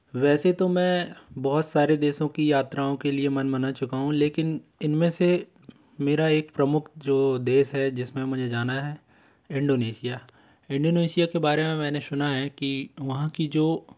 वैसे तो मैं बहुत सारे देशों की यात्राओं के लिए मन बना चुका हूँ लेकिन इनमें से मेरा एक प्रमुख जो देश है जिसमें मुझे जाना है इंडोनेसिया इंडोनेसिया के बारे में मैंने सुना है कि वहाँ की जो